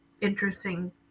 interesting